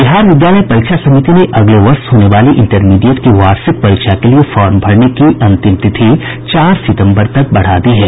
बिहार विद्यालय परीक्षा समिति ने अगले वर्ष होने वाली इंटरमीडिएट की वार्षिक परीक्षा के लिए फार्म भरने की अंतिम तिथि चार सितम्बर तक बढ़ा दी है